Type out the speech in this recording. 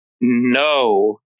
No